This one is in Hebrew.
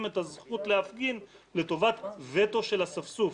את הזכות להפגין לטובת וטו של אספסוף',